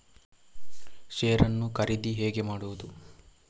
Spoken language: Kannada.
ಶೇರ್ ನ್ನು ಖರೀದಿ ಹೇಗೆ ಮಾಡುವುದು?